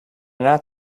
not